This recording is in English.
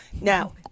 Now